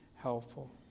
helpful